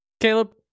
Caleb